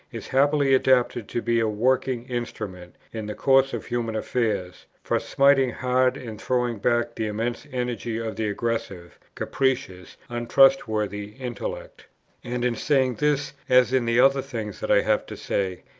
is happily adapted to be a working instrument, in the course of human affairs, for smiting hard and throwing back the immense energy of the aggressive, capricious, untrustworthy intellect and in saying this, as in the other things that i have to say,